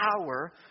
power